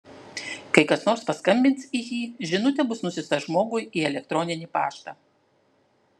kai kas nors paskambins į jį žinutė bus nusiųsta žmogui į elektroninį paštą